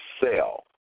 sell